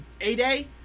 A-Day